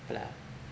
blood